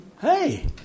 hey